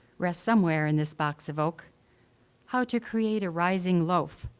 rests somewhere in this box of oak how to create a rising loaf,